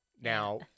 Now